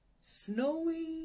Snowy